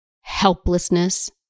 helplessness